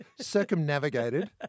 circumnavigated